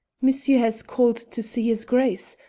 monsieur has called to see his grace.